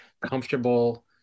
comfortable